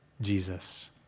Jesus